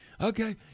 Okay